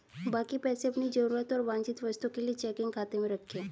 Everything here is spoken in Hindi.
बाकी पैसे अपनी जरूरत और वांछित वस्तुओं के लिए चेकिंग खाते में रखें